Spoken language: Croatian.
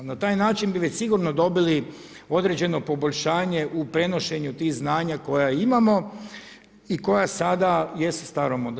Na taj način bi već sigurno dobili određeno poboljšanje u prenošenju tih znanja koja imamo i koja sada jesu staromodna.